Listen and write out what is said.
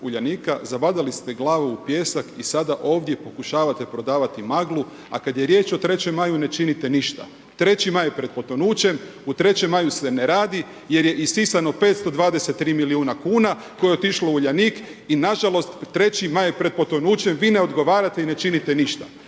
Zabadali ste glavu u pijesak i sada ovdje pokušavate prodavati maglu, a kad je riječ o 3. maju ne činite ništa. 3. maj je pred potonućem, u 3. maju se ne radi jer je isisano 523 milijuna kuna koje je otišlo u uljanik i nažalost 3. maj je pred potonućem. Vi ne odgovarate i ne činite ništa.